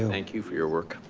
thank you for your work.